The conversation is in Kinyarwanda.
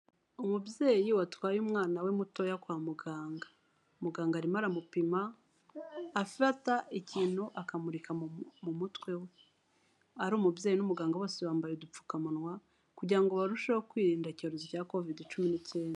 Umubyeyi watwaye umwana we mutoya kwa muganga, muganga arimo aramupima afata ikintu akamurika mu mutwe we, ari umubyeyi n'umuganga bose bambaye udupfukamunwa kugira ngo barusheho kwirinda icyorezo cya covid cumi n'icyenda.